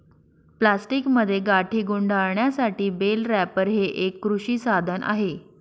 प्लास्टिकमध्ये गाठी गुंडाळण्यासाठी बेल रॅपर हे एक कृषी साधन आहे